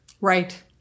Right